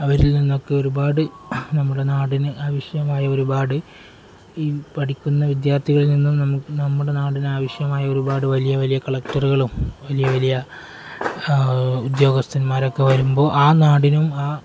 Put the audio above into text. അവരിൽ നിന്നൊക്കെ ഒരുപാട് നമ്മുടെ നാടിന് ആവശ്യമായ ഒരുപാട് ഈ പഠിക്കുന്ന വിദ്യാർത്ഥികളിൽ നിന്നും നമ്മുടെ നാടിന് ആവശ്യമായ ഒരുപാട് വലിയ വലിയ കളക്ടര്മാരും വലിയ വലിയ ഉദ്യോഗസ്ഥരുമൊക്കെ വരുമ്പോള് ആ നാടിനും ആ